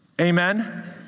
Amen